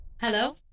Hello